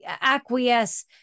acquiesce